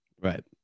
Right